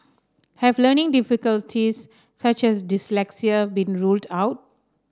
have learning difficulties such as dyslexia been ruled out